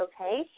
okay